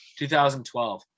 2012